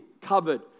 covered